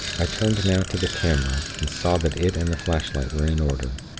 i turned now to the camera, and saw that it and the flashlight were in order.